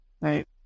Right